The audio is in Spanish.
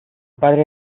padre